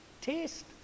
taste